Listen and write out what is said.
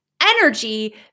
energy